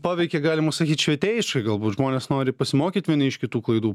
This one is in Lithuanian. paveikia galima sakyt švietėjiškai galbūt žmonės nori pasimokyt vieni iš kitų klaidų